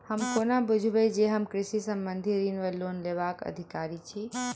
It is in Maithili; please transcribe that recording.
हम कोना बुझबै जे हम कृषि संबंधित ऋण वा लोन लेबाक अधिकारी छी?